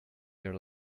your